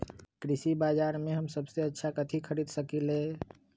कृषि बाजर में हम सबसे अच्छा कथि खरीद सकींले?